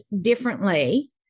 differently